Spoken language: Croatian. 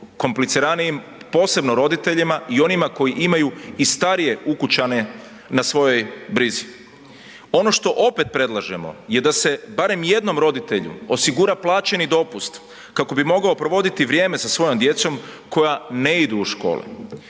kompliciranijim posebno roditeljima i onima koji imaju i starije ukućane na svojoj brizi. Ono što opet predlažemo je da se barem jednom roditelju osigura plaćeni dopust kako bi mogao provoditi vrijeme sa svojom djecom koja ne idu u školu.